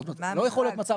לא יכול להיות מצב,